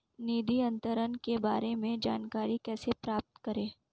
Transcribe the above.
निधि अंतरण के बारे में जानकारी कैसे प्राप्त करें?